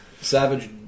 Savage